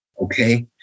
okay